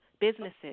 businesses